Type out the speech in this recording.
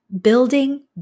building